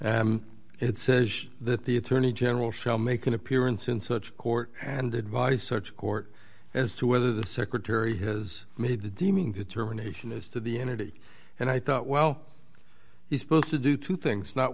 and it says that the attorney general shall make an appearance in such court and advise such court as to whether the secretary has made the deeming determination as to the entity and i thought well he's supposed to do two things not